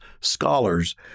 scholars